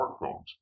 smartphones